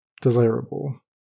desirable